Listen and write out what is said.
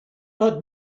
but